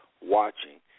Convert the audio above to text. watching